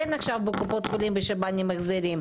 אין עכשיו בקופות חולים בשב"ן החזרים.